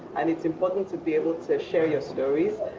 and it's important to be able to share your stories.